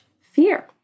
fear